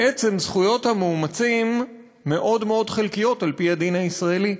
בעצם זכויות המאומצים מאוד מאוד חלקיות על-פי הדין הישראלי.